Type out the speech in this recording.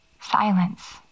silence